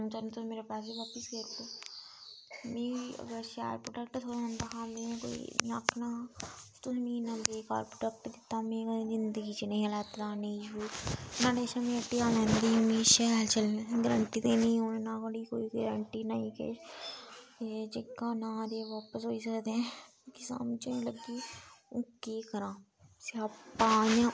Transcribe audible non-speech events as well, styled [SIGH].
जल्दी जल्दी मेरे पैसे बापस दे दो मिगी अगर शैल प्रोडक्ट थोह्न तां में कोई इ'यां आखना हा तुसें मिकी इन्ना बेकार प्रोडक्ट दित्ता में कदै जिदंगी च नेहा लैता दा हा नेहा [UNINTELLIGIBLE] मिगी शूज शैल शैल गरंटी देनी ही उनें कोई गरंटी नेईं किश एह् जेह्का ना ते बापस होई सकदे मिगी समझ नी लग्गी हून केह् करां स्यापा में